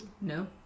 No